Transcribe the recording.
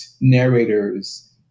narrators